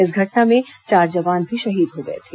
इस घटना में चार जवान भी शहीद हो गए थे